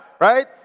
right